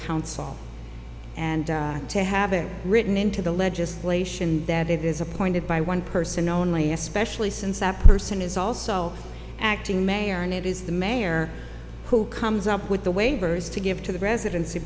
council and to have it written into the legislation that it is appointed by one person only especially since that person is also acting mayor and it is the mayor who comes up with the waivers to give to the residency